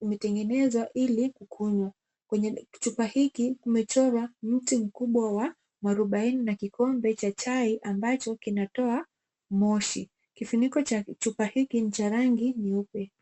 imetengenezwa ili kukunywa. Kwenye chupa hiki kumechorwa mti mkubwa wa muarubaini na kikombe cha chai ambacho kinatoa moshi. Kifuniko cha chupa hiki ni cha rangi nyeupe.